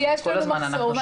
כל הזמן אנחנו שומעים את זה.